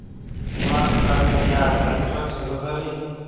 ಜೋಳ ಕಟಾವಿಗಿ ಯಾ ಟ್ಯ್ರಾಕ್ಟರ ಛಂದದರಿ?